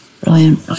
Brilliant